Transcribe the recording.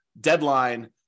deadline